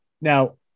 now